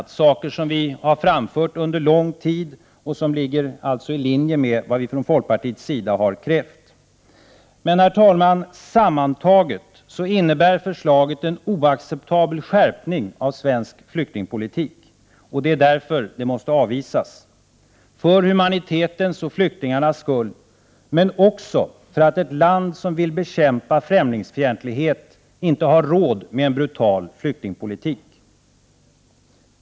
Det är saker som vi har framfört under lång tid, och som alltså ligger i linje med det vi från folkpartiets sida har krävt. Men sammantaget innebär förslaget en oacceptabel skärpning av svensk flyktingpolitik. Det är därför det måste avvisas samt för humanitetens och flyktingarnas skull. Men det måste också avvisas för att ett land som vill bekämpa främlingsfientlighet inte har råd med en brutal flyktingpolitik.